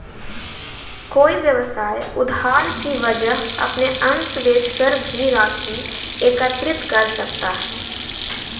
कोई व्यवसाय उधार की वजह अपने अंश बेचकर भी राशि एकत्रित कर सकता है